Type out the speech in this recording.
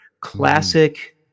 Classic